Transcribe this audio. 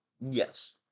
Yes